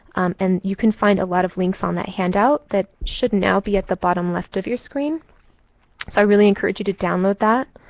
and you can find a lot of links on that handout that should now be at the bottom left of your screen. so i really encourage you to download that.